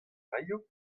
raio